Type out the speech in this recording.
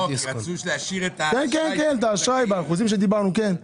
כן, את האשראי, באחוזים שדיברנו, כן.